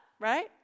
right